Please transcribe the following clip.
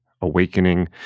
awakening